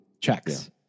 checks